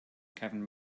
kevin